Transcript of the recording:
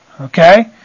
okay